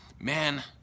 man